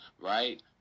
right